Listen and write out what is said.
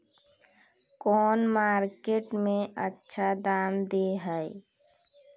कौन मार्केट में अच्छा दाम दे है?